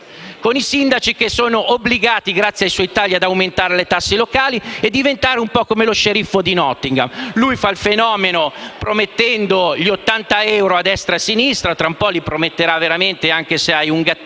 con i sindaci che sono obbligati, grazie ai suoi tagli, ad aumentare le tasse locali e diventare un po' come lo sceriffo di Nottingham. Lui fa il fenomeno promettendo gli 80 euro a destra e a sinistra, tra un po' li prometterà veramente anche se hai un gattino,